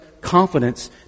confidence